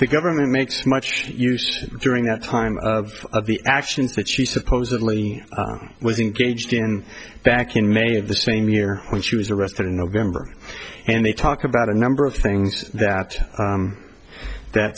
the government makes much use during that time of the actions that she supposedly was engaged in back in may of the same year when she was arrested in november and they talk about a number of things that that